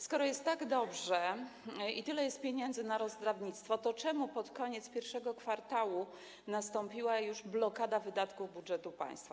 Skoro jest tak dobrze i tyle jest pieniędzy na rozdawnictwo, to czemu pod koniec I kwartału nastąpiła już blokada wydatków budżetu państwa?